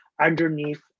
underneath